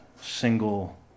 single